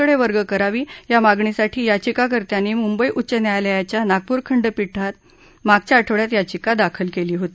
कडविर्ग करावी या मागणीसाठी याचिकाकर्त्यांनी मुंबई उच्च न्यायालयाच्या नागपूर खंडपिठात मागच्या आठवड्यात याचिका दाखल क्ली होती